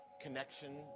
connection